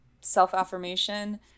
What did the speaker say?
self-affirmation